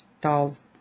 doll's